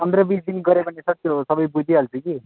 पन्ध्र बिस दिन गऱ्यो भने सर त्यो सबै बुझिहाल्छु कि